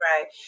Right